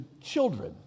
children